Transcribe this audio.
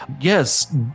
yes